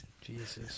Jesus